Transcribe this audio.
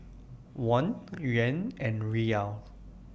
Won Yuan and Riyal